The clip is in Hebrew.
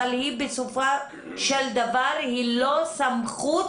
אבל היא בסופו של דבר לא סמכות